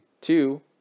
Two